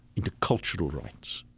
into cultural rights.